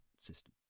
system